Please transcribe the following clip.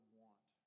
want